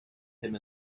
him